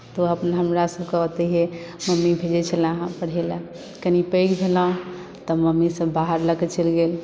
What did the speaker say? तऽ हमरासभकेँ ओतहिए मम्मी भेजैत छलए हेँ पढ़ै लेल कनि पैघ भेलहुँ तऽ मम्मीसभ बाहर लऽ कऽ चलि गेल